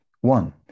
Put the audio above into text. one